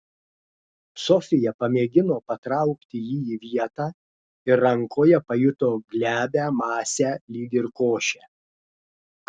sofija pamėgino patraukti jį į vietą ir rankoje pajuto glebią masę lyg ir košę